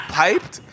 piped